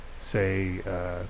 say